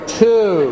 two